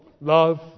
love